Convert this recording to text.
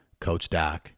coachdoc